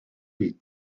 byd